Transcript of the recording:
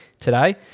today